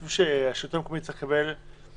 חושבים שהשלטון המקומי צריך לקבל יותר